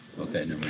Okay